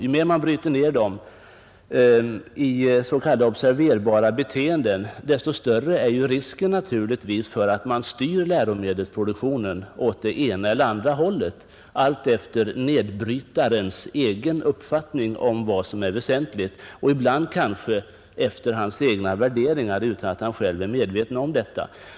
Ju mer man bryter ner dem i s.k. observerbara beteenden, desto större är naturligtvis risken för att man styr läromedelsproduktionen åt det ena eller andra hållet alltefter nedbrytarens egen uppfattning om vad som är väsentligt och ibland kanske efter hans egna värderingar utan att han själv är medveten om detta.